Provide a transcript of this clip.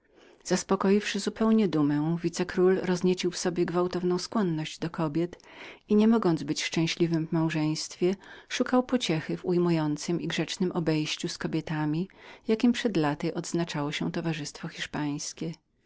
ameryką zaspokoiwszy zupełnie dumę wice król rozniecił w sobie gwałtowną skłonność do kobiet i nie mogąc być szczęśliwym w małżeństwie szukał pociechy w ujmującem i grzecznem obejściu z kobietami jakiem przed laty odznaczało się towarzystwo hiszpańskie